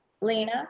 lena